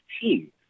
team